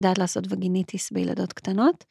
יודעת לעשות וגיניטיס בילדות קטנות.